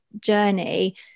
journey